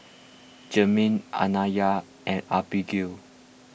Germaine Anaya and Abagail